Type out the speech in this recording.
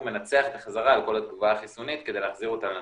מנצח את החזרה על כל התגובה החיסונית כדי להחזיר אותה לנורמה.